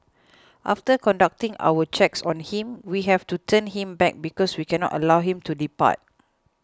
after conducting our checks on him we have to turn him back because we cannot allow him to depart